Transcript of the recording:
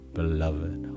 beloved